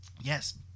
Yes